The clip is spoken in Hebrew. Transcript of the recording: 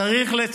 למה אתה צריך,